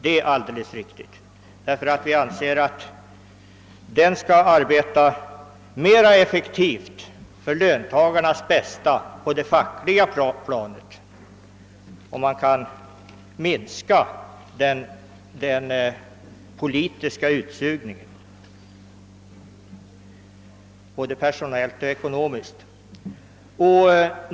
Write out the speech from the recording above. Vi anser nämligen att fackföreningsrörelsen skulle kunna arbeta mer effektivt för löntagarnas bästa på det fackliga planet, om man kunde minska den politiska utsugningen, både personellt och ekonomiskt.